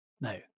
No